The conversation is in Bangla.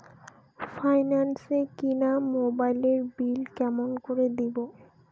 ফাইন্যান্স এ কিনা মোবাইলের বিল কেমন করে দিবো?